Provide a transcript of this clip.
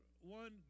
one